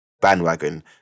bandwagon